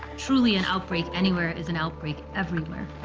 truly, an outbreak anywhere is an outbreak everywhere,